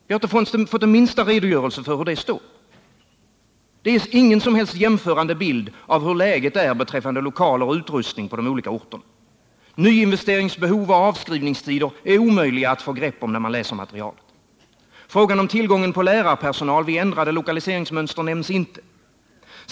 Det ges ingen som helst jämförande bild av hur läget är beträffande lokaler och utrustning på de olika orterna. Nyinvesteringsbehov och avskrivningstider är omöjliga att få grepp om när man läser materialet. Frågan om tillgången på lärarpersonal vid ändrade lokaliseringsmönster nämns inte.